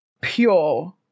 pure